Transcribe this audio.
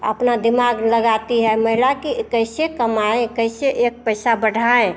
अपना दिमाग लगाती है महिला कि ये कैसे कमाएँ कैसे एक कैसे बढ़ाएँ